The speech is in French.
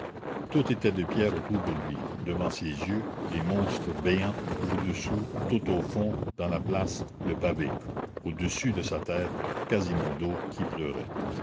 tout était de pierre autour de lui devant ses yeux les monstres béants au-dessous tout au fond dans la place le pavé au-dessus de sa tête quasimodo qui pleurait